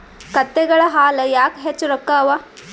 ಕತ್ತೆಗಳ ಹಾಲ ಯಾಕ ಹೆಚ್ಚ ರೊಕ್ಕ ಅವಾ?